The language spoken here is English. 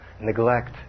neglect